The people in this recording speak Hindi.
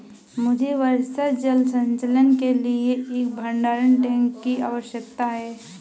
मुझे वर्षा जल संचयन के लिए एक भंडारण टैंक की आवश्यकता है